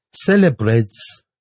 celebrates